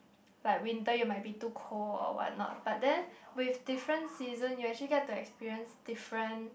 like winter you might be too cold or what not but then with different season you actually get to experience different